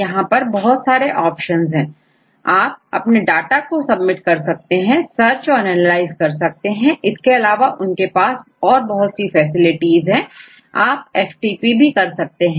यहां पर आपके पास बहुत सारे ऑप्शन है आप अपने डेटा को सबमिट कर सकते हैं सर्च और एनालाइज कर सकते हैं इसके अलावा उनके पास और बहुत ही फैसिलिटी हैं आपFTP भी कर सकते हैं